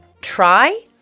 try